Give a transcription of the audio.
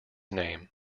name